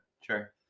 Sure